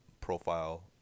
profile